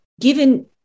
given